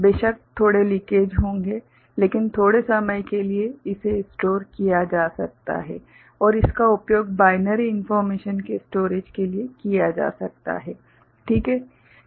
बेशक थोड़े लीकेज होंगे लेकिन थोड़े समय के लिए इसे स्टोर किया जा सकता है और इसका उपयोग बाइनरी इन्फोर्मेशन के स्टोरेज के लिए किया जा सकता है ठीक है